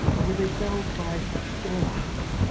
or were they felled by storms.